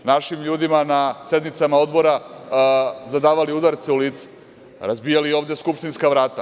Našim ljudima na sednicama odbora zadavali udarce u lice, razbijali ovde skupštinska vrata.